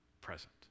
present